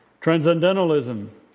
Transcendentalism